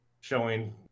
showing